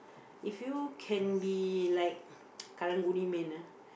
if you can be like karang-guni man ah